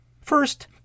First